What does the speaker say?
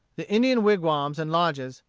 the indian wigwams and lodges,